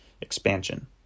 Expansion